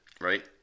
right